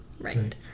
Right